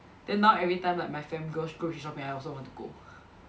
then now every time like my fam goes grocery shopping I also want to go